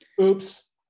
Oops